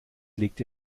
legte